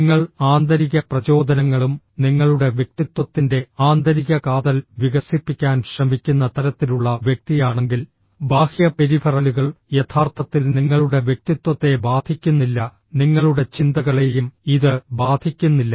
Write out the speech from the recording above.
നിങ്ങൾ ആന്തരിക പ്രചോദനങ്ങളും നിങ്ങളുടെ വ്യക്തിത്വത്തിന്റെ ആന്തരിക കാതൽ വികസിപ്പിക്കാൻ ശ്രമിക്കുന്ന തരത്തിലുള്ള വ്യക്തിയാണെങ്കിൽ ബാഹ്യ പെരിഫറലുകൾ യഥാർത്ഥത്തിൽ നിങ്ങളുടെ വ്യക്തിത്വത്തെ ബാധിക്കുന്നില്ല നിങ്ങളുടെ ചിന്തകളെയും ഇത് ബാധിക്കുന്നില്ല